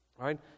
right